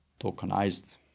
tokenized